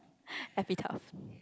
happy